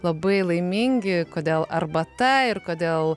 labai laimingi kodėl arbata ir kodėl